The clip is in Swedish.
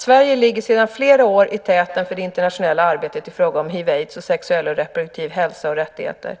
Sverige ligger sedan flera år i täten för det internationella arbetet i fråga om hiv/aids och sexuell och reproduktiv hälsa och rättigheter.